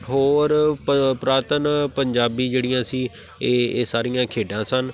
ਹੋਰ ਪ ਪੁਰਾਤਨ ਪੰਜਾਬੀ ਜਿਹੜੀਆਂ ਸੀ ਇਹ ਇਹ ਸਾਰੀਆਂ ਖੇਡਾਂ ਸਨ